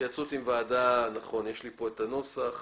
אני אשמח לקבל עדכון אם שרת המשפטים חתמה,